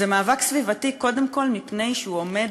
זה מאבק סביבתי קודם כול מפני שהוא עומד